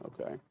okay